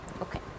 Okay